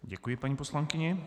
Děkuji, paní poslankyně.